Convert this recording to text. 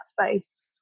space